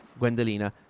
Gwendolina